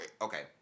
Okay